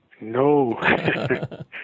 No